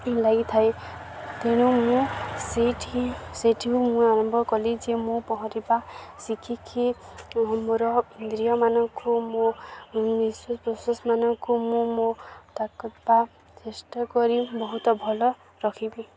ଲାଗିଥାଏ ତେଣୁ ମୁଁ ସେଇଠି ସେଇଠି ମୁଁ ଆରମ୍ଭ କଲି ଯେ ମୁଁ ପହଁରିବା ଶିଖିକି ମୋର ଇନ୍ଦ୍ରୀୟ ମାନଙ୍କୁ ମୁଁ ନିଶ୍ୱାସ ମାନଙ୍କୁ ମୁଁ ମୋ ତାକ ବା ଚେଷ୍ଟା କରି ବହୁତ ଭଲ ରଖିବି